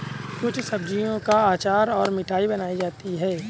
कुछ सब्जियों का अचार और मिठाई बनाई जाती है